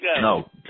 No